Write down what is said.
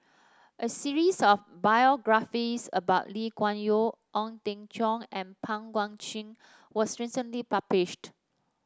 a series of biographies about Lee Kuan Yew Ong Teng Cheong and Pang Guek Cheng was recently published